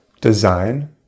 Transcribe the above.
design